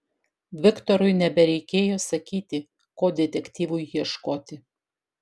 viktorui nebereikėjo sakyti ko detektyvui ieškoti